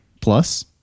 Plus